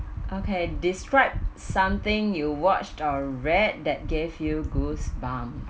okay describe something you watched or read that gave you goosebumps